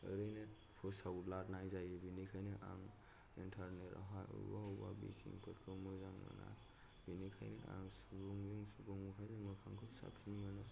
ओरैनो फोसावद्लानाय जायो बिनिखायनो आं इन्टारनेटआवहाय अबेबा अबेबा बिथिंफोरखौ मोजां मोना बिनिखायनो आं सुबुंजों सुबुं मोखांजों मोखांखौ साबसिन मोनो